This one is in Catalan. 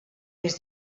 més